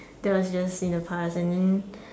that was just in the past and then